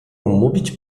mówić